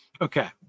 Okay